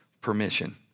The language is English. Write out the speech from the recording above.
permission